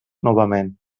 novament